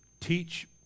teach